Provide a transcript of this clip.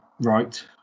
right